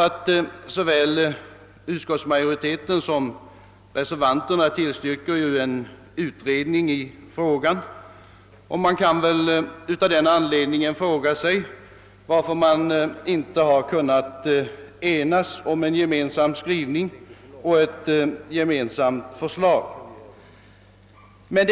På båda sidor har man förordat en utredning i frågan, och då kan man ju fråga sig varför inte utskottsmajoriteten och reservanterna har kunnat enas om en Men